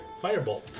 Firebolt